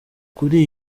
kuri